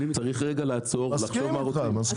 צריך רגע לעצור ולחשוב מה רוצים.